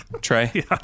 Trey